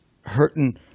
hurting